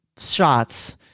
shots